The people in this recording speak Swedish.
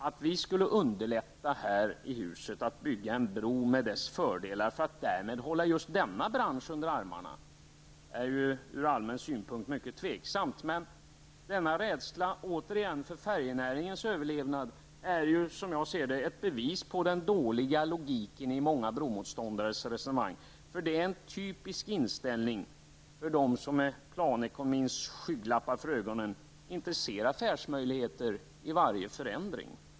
Att vi skulle underlåta att bygga en bro med dess fördelar för att därmed hålla just denna bransch under armarna är ur allmän synpunkt mycket tvivelaktigt. Denna rädsla för färjenäringens överlevnad är, som jag ser det, ett bevis på den dåliga logiken i många bromotståndares resonemang. Det är en typisk inställning för dem som med planekonomins skygglappar för ögonen inte ser affärsmöjligheter i varje förändring.